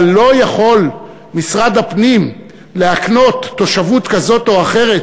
אבל לא יכול משרד הפנים להקנות תושבות כזאת או אחרת